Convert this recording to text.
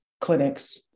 clinics